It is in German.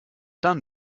dann